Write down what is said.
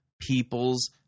people's